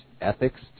ethics